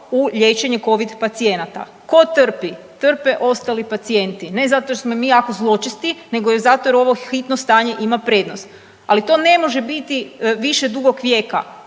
u liječenje Covid pacijenata. Tko trpi? Trpe ostali pacijenti ne zato jer smo mi jako zločesti nego zato jer ovo hitno stanje ima prednost. Ali to ne može biti više dugog vijeka.